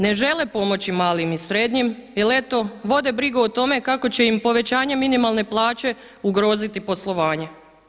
Ne žele pomoći malim i srednjim jer eto vode brigu o tome kako će im povećanje minimalne plaće ugroziti poslovanje.